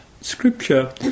scripture